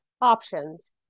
options